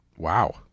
Wow